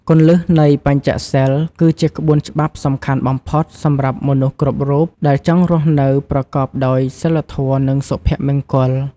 គន្លឹះនៃ បញ្ចសីល គឺជាក្បួនច្បាប់សំខាន់បំផុតសម្រាប់មនុស្សគ្រប់រូប ដែលចង់រស់នៅប្រកបដោយសីលធម៌ និងសុភមង្គល។